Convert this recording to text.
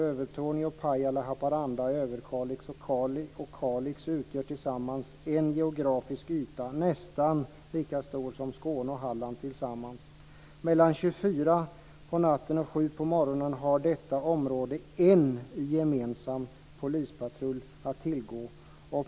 Övertorneå, Pajala, Haparanda, Överkalix och Kalix utgör tillsammans en geografisk yta nästan lika stor som Skåne och Halland tillsammans. Mellan 24.00 och 07.00 har detta område en gemensam polispatrull att tillgå.